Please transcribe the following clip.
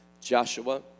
Joshua